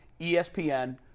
ESPN